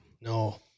No